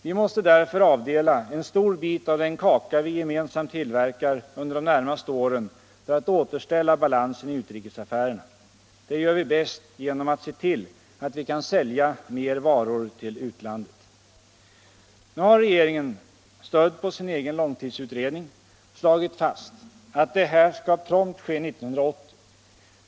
Vi måste därför avdela en stor bit av den kaka vi gemensamt tillverkar under de närmaste åren för att återställa balansen i utrikesaffärerna. Det gör vi bäst genom att se till att vi kan sälja mer varor till utlandet. Nu har regeringen — stödd på sin egen långtidsutredning — slagit fast att detta skall prompt ske 1980.